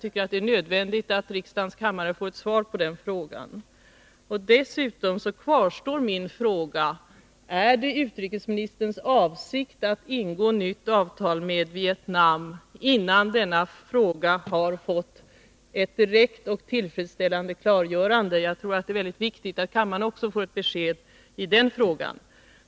Det är nödvändigt att kammaren får ett svar på de frågorna. Dessutom kvarstår min fråga: Är det utrikesministerns avsikt att ingå ett nytt avtal med Vietnam innan vi fått ett direkt och tillfredsställande klargörande i denna fråga? Jag tycker att det är mycket viktigt att kammaren får ett besked också i det avseendet.